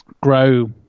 grow